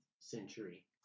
century